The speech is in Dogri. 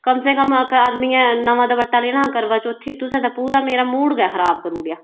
कम से कम आदमी ने नमा दुपट्टा लैना हा करबा चौथी र ते तुसें पूरा मेरा मूड गै खराब करी ओड़ेआ